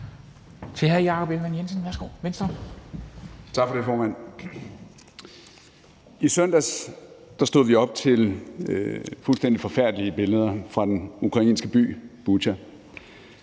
I søndags stod vi op til fuldstændig forfærdelige billeder fra den ukrainske by Butja